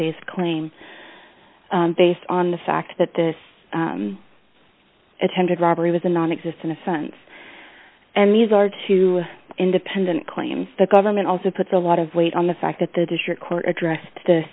based claim based on the fact that this attempted robbery was a non existing offense and these are two independent claims the government also puts a lot of weight on the fact that the district court addressed the